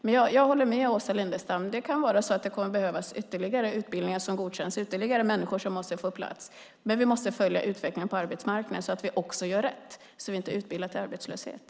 Men jag håller med Åsa Lindestam om att det kan komma att behövas ytterligare utbildningar som godkänns och ytterligare människor som måste få plats, men vi ska följa utvecklingen på arbetsmarknaden så att vi gör rätt, så att vi inte utbildar till arbetslöshet.